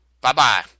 Bye-bye